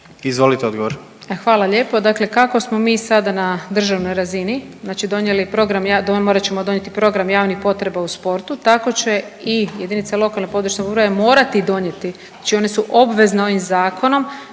Nikolina (HDZ)** Hvala lijepo. Dakle kako smo mi sad na državnoj razini znači donijeli program, morat ćemo donijeti program javnih potreba u sportu, tako će i jedinice lokalne i područne samouprave morati donijeti, znači one su obvezne ovim Zakonom